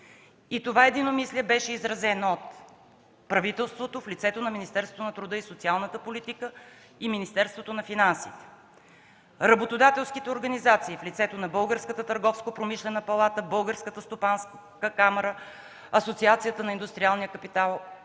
Това единомислие беше изразено от правителството в лицето на Министерството на труда и социалната политика и Министерството на финансите, работодателските организации в лицето на Българската търговско-промишлена палата, Българската стопанска камара, Асоциацията на индустриалния капитал